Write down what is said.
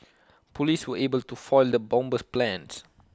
Police were able to foil the bomber's plans